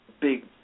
big